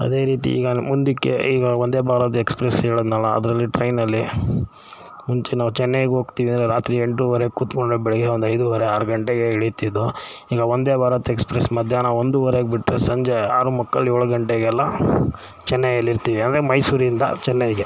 ಅದೇ ರೀತಿ ಈಗ ಮುಂದಕ್ಕೆ ಈಗ ವಂದೇ ಭಾರತ್ ಎಕ್ಸ್ಪ್ರೆಸ್ ಹೇಳಿದ್ದೆನಲ್ಲ ಅದರಲ್ಲಿ ಟ್ರೈನಲ್ಲಿ ಮುಂಚೆ ನಾವು ಚೆನ್ನೈಗೆ ಹೋಗ್ತೀವಿ ಅಂದರೆ ರಾತ್ರಿ ಎಂಟುವರೆಗೆ ಕೂತ್ಕೊಂಡ್ರೆ ಬೆಳಗ್ಗೆ ಒಂದು ಐದುವರೆ ಆರು ಗಂಟೆಗೆ ಇಳಿತಿದ್ದೋ ಈಗ ವಂದೇ ಭಾರತ್ ಎಕ್ಸ್ಪ್ರೆಸ್ ಮಧ್ಯಾಹ್ನ ಒಂದುವರೆಗೆ ಬಿಟ್ಟರೆ ಸಂಜೆ ಆರು ಮುಕ್ಕಾಲು ಏಳು ಗಂಟೆಗೆಲ್ಲ ಚೆನ್ನೈಯಲ್ಲಿರ್ತೀವಿ ಅಂದರೆ ಮೈಸೂರಿಂದ ಚೆನ್ನೈಗೆ